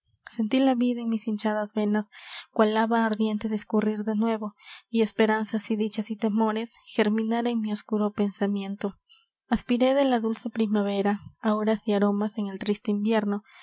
sentí la vida en mis hinchadas venas cual lava ardiente discurrir de nuevo y esperanzas y dichas y temores germinar en mi oscuro pensamiento aspiré de la dulce primavera áuras y aromas en el triste invierno